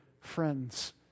friends